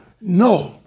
No